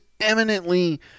eminently